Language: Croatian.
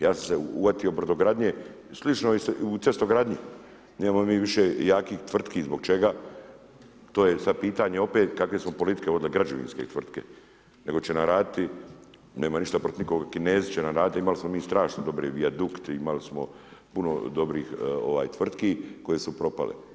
Ja sam se uhvatio brodogradnje, slično je i u cestogradnji, nemamo mi više jakih tvrtki, zbog čega, to je sada pitanje opet kakve smo politike vodile, građevinske tvrtke nego će nam raditi, nemam ništa protiv nikoga, Kinezi će nam raditi, imali smo mi strašno dobre Vijadukt, imali smo puno dobrih tvrtki koje su propale.